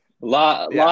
lot